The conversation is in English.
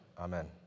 amen